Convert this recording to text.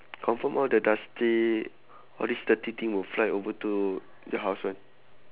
confirm all the dusty all this dirty thing will fly to your house [one]